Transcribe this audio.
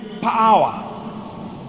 power